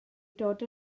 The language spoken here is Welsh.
dod